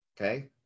okay